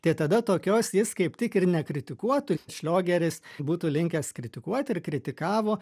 tai tada tokios jis kaip tik ir nekritikuotų šliogeris būtų linkęs kritikuoti ir kritikavo